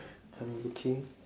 I'm looking